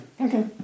Okay